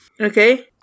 Okay